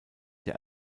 der